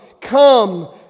come